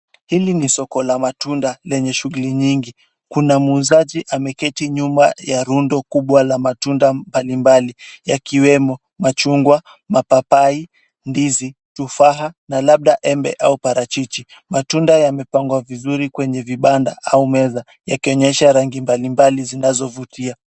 Hili ni soko la matunda lenye shughuli nyingi. Kuna muuzaji ameketi nyuma ya rundo kubwa la matunda mbalimbali yakiwemo, machungwa, mapapai, ndizi, tufaha na labda embe au parachichi. Matunda yamepangwa vizuri kwenye vibanda au meza yakionyesha rangi mbalimbali zinazovutia.